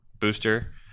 Booster